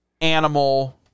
animal